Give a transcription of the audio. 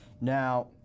Now